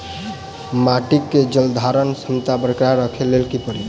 माटि केँ जलसंधारण क्षमता बरकरार राखै लेल की कड़ी?